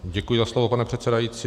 Děkuji za slovo, pane předsedající.